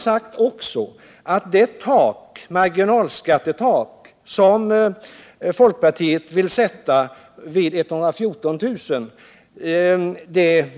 Beträffande det tak — marginalskattetaket — som folkpartiet vill sätta vid 114000 kr.